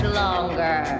longer